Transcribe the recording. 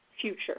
future